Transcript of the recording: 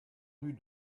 rue